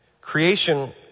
creation